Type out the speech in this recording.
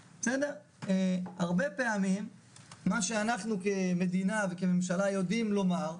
הרבה פעמים מה שאנחנו כמדינה וכממשלה יודעים לומר,